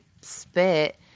spit